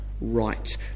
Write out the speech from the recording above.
right